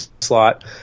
slot